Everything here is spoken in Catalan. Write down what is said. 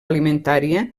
alimentària